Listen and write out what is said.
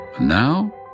Now